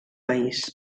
país